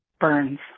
burns